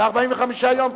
מ-45 יום,